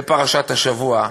בפרשת השבוע,